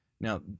Now